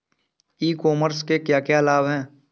ई commerce के क्या क्या लाभ हैं?